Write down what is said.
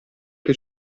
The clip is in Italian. che